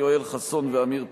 יואל חסון ועמיר פרץ,